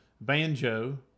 banjo